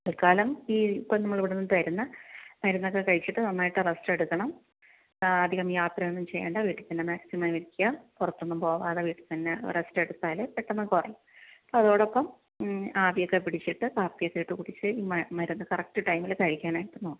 തൽക്കാലം ഈ ഇപ്പോൾ നമ്മളിവിടന്നു തരുന്ന മരുന്നൊക്കെ കഴിച്ചിട്ട് നന്നായിട്ട് റസ്റ്റ് എടുക്കണം അധികം യാത്രയൊന്നും ചെയ്യണ്ട വീട്ടിൽത്തന്നെ മാക്സിമം ഇരിക്കുക പുറത്തൊന്നും പോവാതെ വീട്ടിൽത്തന്നെ റസ്റ്റ് എടുത്താൽ പെട്ടന്നങ്ങു കുറയും അതോടൊപ്പം ആവിയൊക്കെ പിടിച്ചിട്ട് കാപ്പിയൊക്കെയിട്ട് കുടിച്ചു ഈ മരുന്ന് മരുന്ന് കറക്ട് ടൈമിൽ കഴിക്കണേ